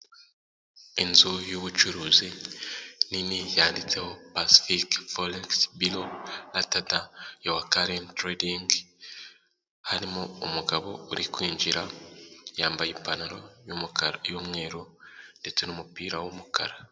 Inzu y'ubucuruzi nini yanditseho Pasiifike folekisi bilo Ltd, yuwa karenti tiredingi, harimo umugabo uri kwinjira yambaye ipantaro y'umukara n'umweru ndetse n'umupira w'umukara.